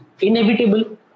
inevitable